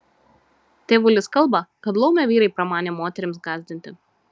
tėvulis kalba kad laumę vyrai pramanė moterims gąsdinti